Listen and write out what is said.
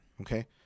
Okay